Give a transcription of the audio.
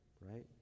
Right